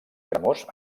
cremós